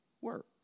work